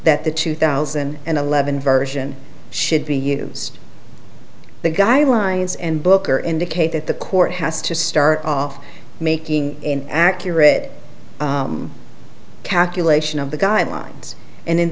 that the two thousand and eleven version should be used the guidelines and booker indicate that the court has to start off making in accurate calculation of the guidelines and in